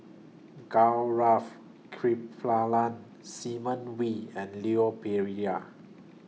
Gaurav Kripalani Simon Wee and Leon Perera